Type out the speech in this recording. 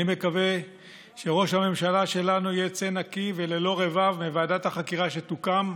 אני מקווה שראש הממשלה שלנו יצא נקי וללא רבב מוועדת החקירה שתוקם,